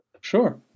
Sure